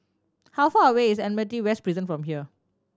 how far away is Admiralty West Prison from here